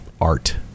art